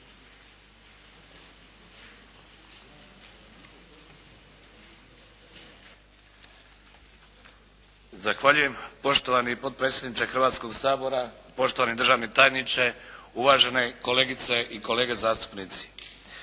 Zahvaljujem. Poštovani potpredsjedniče Hrvatskog sabora, poštovani državni tajniče, uvažene kolegice i kolege zastupnici.